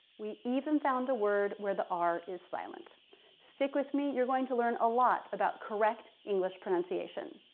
we even found a word where the r is silent stick with me you're going to learn a lot about correct english pronunciation